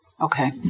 Okay